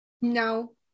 No